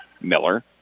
Miller